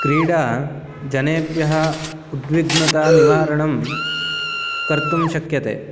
क्रीडा जनेभ्यः उद्विघ्नतानिवारणं कर्तुं शक्यते